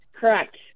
Correct